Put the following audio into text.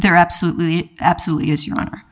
there absolutely absolutely as you are